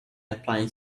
applying